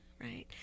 right